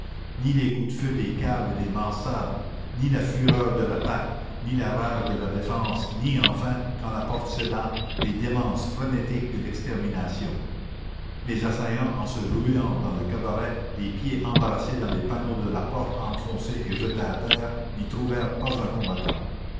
ni les coups de feu des caves et des mansardes ni la fureur de l'attaque ni la rage de la défense ni enfin quand la porte céda les démences frénétiques de l'extermination les assaillants en se ruant dans le cabaret les pieds embarrassés dans les panneaux de la porte enfoncée et jetée à terre n'y trouvèrent pas un combattant